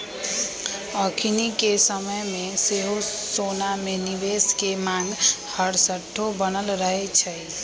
अखनिके समय में सेहो सोना में निवेश के मांग हरसठ्ठो बनल रहै छइ